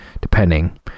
depending